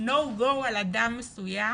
no go על אדם מסוים